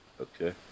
Okay